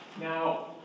Now